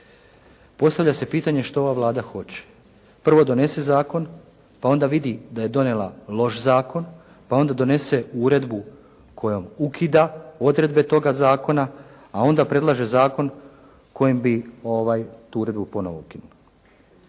Postavlja se pitanje što ova Vlada hoće, prvo donese zakon, pa onda vidi da je donijela loš zakon, pa onda donese uredbu kojom ukida odredbe toga zakona, a onda predlaže zakon kojim bi tu uredbu ponovo ukinula.